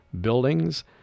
buildings